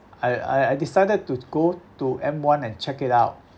I I I decided to go to m one and check it out